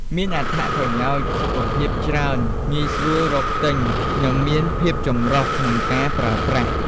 មានអត្ថប្រយោជន៍សុខភាពច្រើន ងាយស្រួលរកទិញ និងមានភាពចម្រុះក្នុងការប្រើប្រាស់។